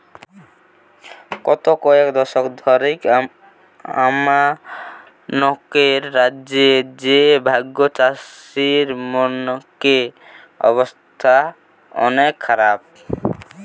গত কয়েক দশক ধরিকি আমানকের রাজ্য রে ভাগচাষীমনকের অবস্থা অনেক খারাপ